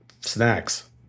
snacks